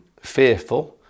fearful